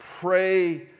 Pray